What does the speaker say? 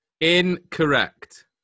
Incorrect